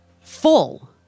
full